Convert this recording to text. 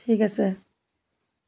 ঠিক আছে